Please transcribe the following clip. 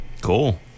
cool